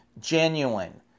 genuine